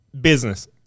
business